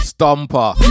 Stomper